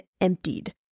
emptied